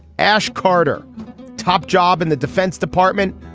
ash carter top job in the defense department.